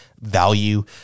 value